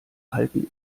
halten